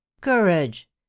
Courage